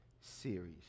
series